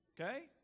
Okay